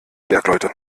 bergleute